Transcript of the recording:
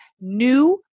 new